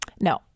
No